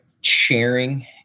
sharing